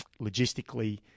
logistically